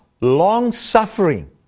long-suffering